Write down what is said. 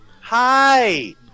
hi